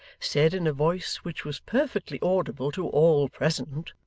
said in a voice which was perfectly audible to all present,